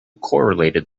correlated